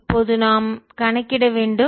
இப்போது நாம் கணக்கிட வேண்டும்